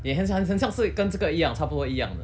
很像是跟这个一样差不多一样的